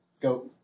Go